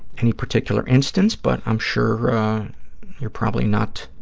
any particular instance, but i'm sure you're probably not